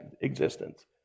existence